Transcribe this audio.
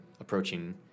approaching